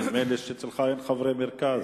נדמה לי שאצלך אין חברי מרכז.